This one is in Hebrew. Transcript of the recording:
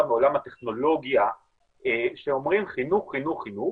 מעולם הטכנולוגיה שאומרים 'חינוך חינוך חינוך'